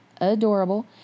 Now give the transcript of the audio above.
adorable